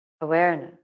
awareness